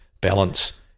balance